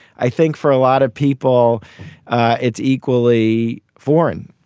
i think for lot of people it's equally foreign.